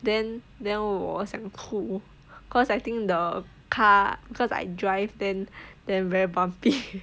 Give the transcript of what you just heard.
then then 我想吐 because I think the car because I drive then then very bumpy